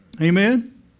amen